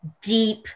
deep